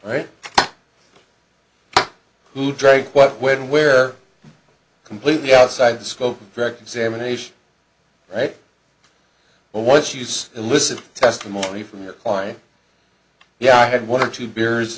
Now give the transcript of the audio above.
right who drank what when where completely outside the scope of direct examination right what use elicit testimony from your client yeah i had one or two beers